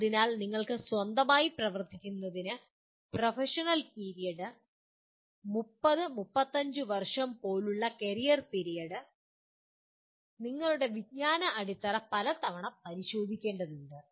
അതിനാൽ നിങ്ങൾക്ക് സ്വന്തമായി പ്രവർത്തിക്കുന്നതിന് പ്രൊഫഷണൽ പിരീഡ് 30 35 വർഷം പോലുള്ള കരിയർ പിരീഡൽ നിങ്ങളുടെ വിജ്ഞാന അടിത്തറ പലതവണ പരിശോധിക്കേണ്ടതുണ്ട്